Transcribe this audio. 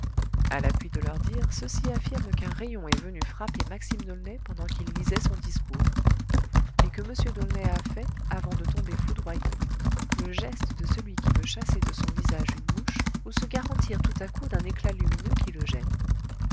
a l'appui de leur dire ceux-ci affirment qu'un rayon est venu frapper maxime d'aulnay pendant qu'il lisait son discours et que m d'aulnay a fait avant de tomber foudroyé le geste de celui qui veut chasser de son visage une mouche ou se garantir tout à coup d'un éclat lumineux qui le gêne